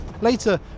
Later